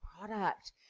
product